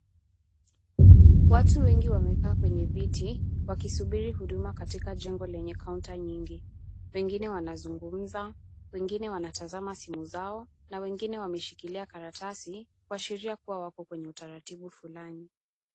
Watu wengi wamekaa kwenye viti wakisubiri huduma katika jengo lenye kaunta nyingi. Wengine wanazungumza, wengine watazama simu zao na wengine wameshikilia karatasi kuashiria kuwa wako kwa utaratibu fulani.